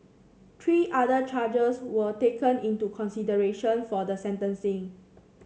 three other charges were taken into consideration for the sentencing